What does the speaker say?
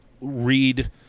read